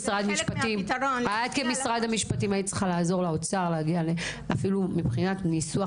היית צריכה לעזור לאוצר להגיע אפילו מבחינת ניסוח